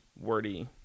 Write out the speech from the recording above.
wordy